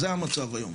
זה המצב היום.